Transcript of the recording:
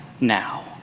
now